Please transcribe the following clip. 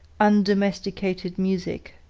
undomesticated music.